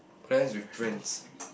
plans with friends